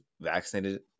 vaccinated